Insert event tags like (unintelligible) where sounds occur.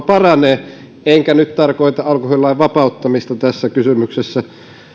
(unintelligible) paranee enkä nyt tarkoita alkoholilain vapauttamista tässä kysymyksessä